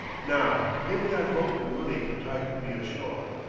now give that boatman money for taking me ashore.